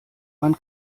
man